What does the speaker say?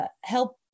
help